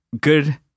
Good